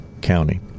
County